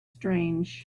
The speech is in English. strange